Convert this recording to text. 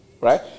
right